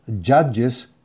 judges